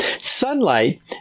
sunlight